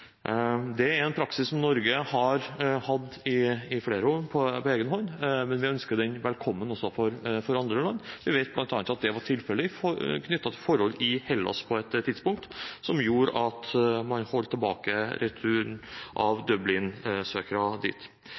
Det er en praksis som Norge har hatt i flere år på egen hånd, men vi ønsker den velkommen også for andre land. Jeg vet bl.a. at det var tilfellet knyttet til forhold i Hellas på et tidspunkt, noe som gjorde at man holdt tilbake returen av Dublin-søkere dit.